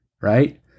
Right